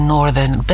Northern